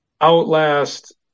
outlast